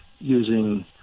using